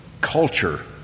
culture